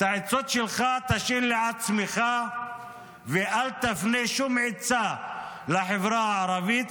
את העצות שלך תשאיר לעצמך ואל תפנה שום עצה לחברה הערבית,